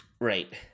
Right